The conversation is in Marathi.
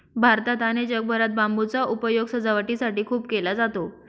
भारतात आणि जगभरात बांबूचा उपयोग सजावटीसाठी खूप केला जातो